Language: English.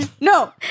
No